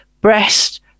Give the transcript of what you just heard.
breast